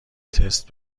تست